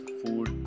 food